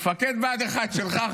מפקד בה"ד 1 שלך?